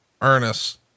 Ernest